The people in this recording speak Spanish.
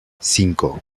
cinco